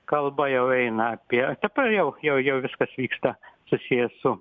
kalba jau eina apie dabar jau jau jau viskas vyksta susiję su